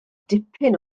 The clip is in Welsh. dipyn